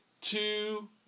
two